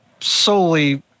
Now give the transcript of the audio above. solely